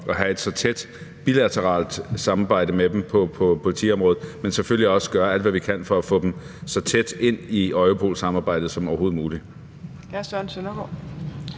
at have et så tæt bilateralt samarbejde med dem på politiområdet som muligt, men selvfølgelig også gøre alt, hvad vi kan, for at få dem så tæt ind i Europol-samarbejdet som overhovedet muligt.